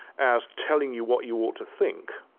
as telling you what you ought to think.